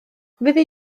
fyddi